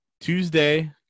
tuesday